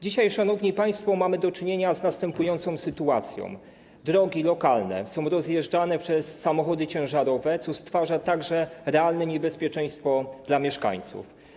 Dzisiaj, szanowni państwo, mamy do czynienia z następującą sytuacją: drogi lokalne są rozjeżdżane przez samochody ciężarowe, co stwarza realne niebezpieczeństwo dla mieszkańców.